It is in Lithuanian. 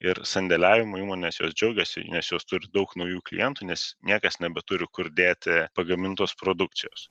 ir sandėliavimo įmonės jos džiaugiasi nes jos turi daug naujų klientų nes niekas nebeturi kur dėti pagamintos produkcijos